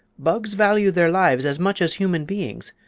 bugs value their lives as much as human beings,